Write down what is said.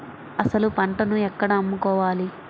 అసలు పంటను ఎక్కడ అమ్ముకోవాలి?